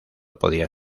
podía